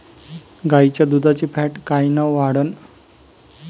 गाईच्या दुधाची फॅट कायन वाढन?